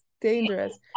dangerous